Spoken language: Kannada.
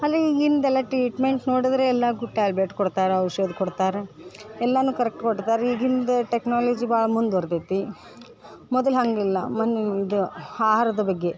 ಆದರೆ ಈಗಿಂದೆಲ್ಲ ಟ್ರೀಟ್ಮೆಂಟ್ ನೋಡಿದ್ರೆ ಎಲ್ಲಾಗು ಟ್ಯಾಬ್ಲೆಟ್ ಕೊಡ್ತಾರ ಔಷಧ ಕೊಡ್ತಾರ ಎಲ್ಲನೂ ಕರೆಕ್ಟ್ ಕೊಡ್ತಾರ ಈಗಿನ್ದು ಟೆಕ್ನಾಲಜಿ ಭಾಳ ಮುಂದುವರ್ದೈತಿ ಮೊದಲು ಹಾಗಿಲ್ಲ ಮನ್ ಇದು ಆಹಾರದ ಬಗ್ಗೆ